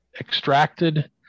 extracted